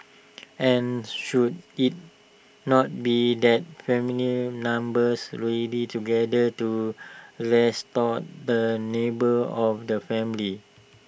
and should IT not be that family numbers really together to restore the neighbor of the family